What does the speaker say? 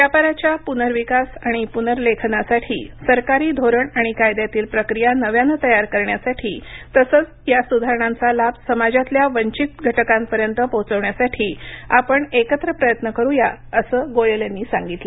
व्यापाराच्या पुनर्विकास आणि पुनर्लेखनासाठी सरकारी धोरण आणि कायद्यातील प्रक्रिया नव्यानं तयार करण्यासाठी तसंच या सुधारणांचा लाभ समाजातल्या वंचित घटकंपर्यंत पोहचवण्यासाठी आपण एकत्र प्रयत्न करूया असं गोयल यांनी सांगितलं